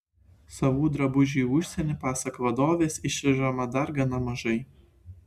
savų drabužių į užsienį pasak vadovės išvežama dar gana mažai